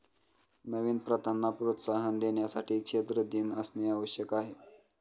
नवीन प्रथांना प्रोत्साहन देण्यासाठी क्षेत्र दिन असणे आवश्यक आहे